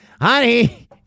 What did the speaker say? honey